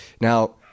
Now